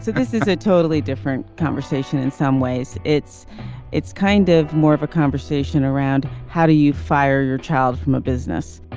this is a totally different conversation in some ways it's it's kind of more of a conversation around how do you fire your child from a business